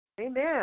Amen